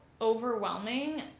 overwhelming